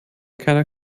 keiner